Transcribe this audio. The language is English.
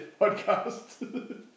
podcast